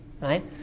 right